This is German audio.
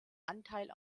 anteil